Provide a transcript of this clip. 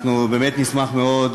אנחנו באמת נשמח מאוד,